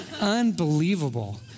Unbelievable